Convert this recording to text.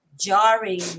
jarring